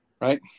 Right